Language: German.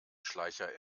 schleicher